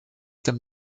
dem